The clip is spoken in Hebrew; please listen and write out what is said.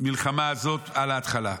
במלחמה הזאת על ההתחלה.